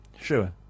Sure